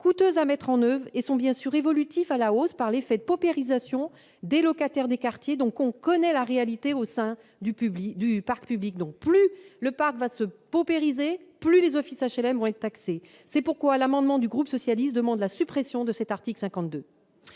coûteuses à mettre en oeuvre et, bien sûr, évolutives à la hausse par l'effet de paupérisation des locataires des quartiers dont on connaît la réalité au sein du parc public. Plus le parc se paupérisera, plus les offices HLM seront taxés ! C'est pourquoi le groupe socialiste et républicain propose la suppression de l'article 52.